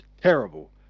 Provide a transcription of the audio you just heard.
Terrible